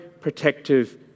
protective